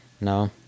No